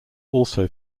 also